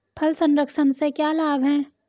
फल संरक्षण से क्या लाभ है?